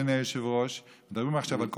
אדוני היושב-ראש: מדברים עכשיו על קורונה,